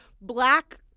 black